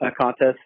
contest